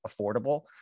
affordable